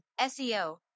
SEO